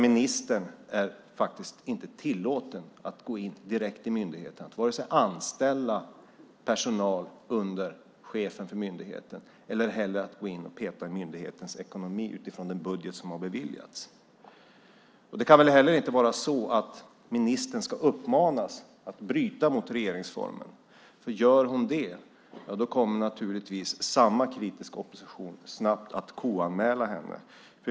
Ministern är faktiskt inte tillåten att gå in direkt i myndigheten och anställa personal under myndighetschefen eller peta i myndighetens ekonomi utifrån den budget som har beviljats. Man kan heller inte rimligen uppmana ministern att bryta mot regeringsformen. Gör hon det kommer naturligtvis samma kritiska opposition snabbt att KU-anmäla henne.